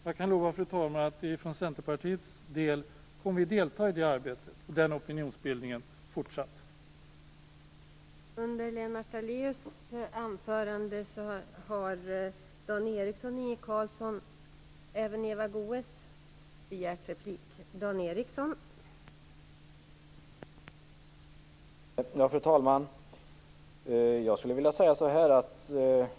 Jag kan lova, fru talman, att vi i Centern kommer att delta i det arbetet, i den opinionsbildningen, också i fortsättningen.